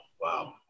Wow